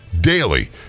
daily